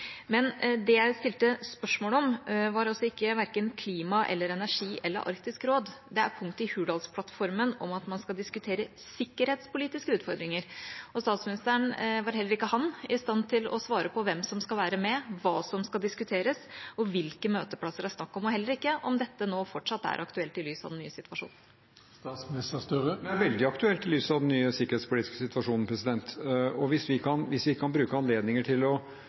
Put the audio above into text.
Men det jeg stilte spørsmål om, var verken klima eller energi eller Arktisk råd, men punktet i Hurdalsplattformen om at man skal diskutere sikkerhetspolitiske utfordringer. Heller ikke statsministeren var i stand til å svare på hvem som skal være med, hva som skal diskuteres, hvilke møteplasser det er snakk om, og heller ikke om dette nå fortsatt er aktuelt i lys av den nye situasjonen. Det er veldig aktuelt i lys av den nye sikkerhetspolitiske situasjonen, og hvis vi kan bruke anledninger til å